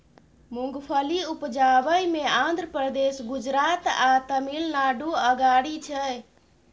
मूंगफली उपजाबइ मे आंध्र प्रदेश, गुजरात आ तमिलनाडु अगारी छै